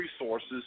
resources